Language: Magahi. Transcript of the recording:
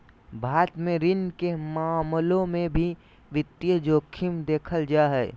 भारत मे ऋण के मामलों मे भी वित्तीय जोखिम देखल जा हय